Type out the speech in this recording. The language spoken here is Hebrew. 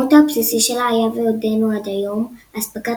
המוטו הבסיסי שלה היה ועודנו עד היום אספקת